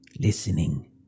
listening